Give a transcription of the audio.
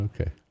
okay